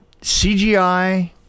CGI